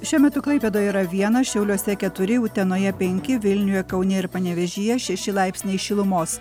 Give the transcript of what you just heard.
šiuo metu klaipėdoje yra vienas šiauliuose keturi utenoje penki vilniuje kaune ir panevėžyje šeši laipsniai šilumos